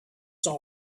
that